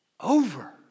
over